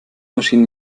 maschinen